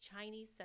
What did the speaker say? Chinese